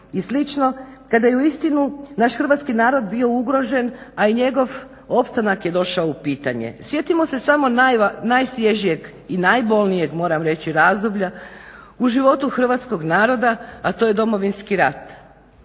i slično kada je uistinu naš hrvatski narod bio ugrožen, a i njegov opstanak je došao u pitanje. Sjetimo se samo najsvježijeg i najbolnijeg moram reći razdoblja u životu hrvatskog naroda, a to je Domovinski rat.